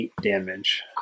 damage